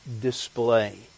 display